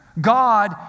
God